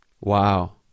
Wow